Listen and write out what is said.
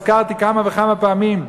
כפי שכבר הזכרתי כמה וכמה פעמים,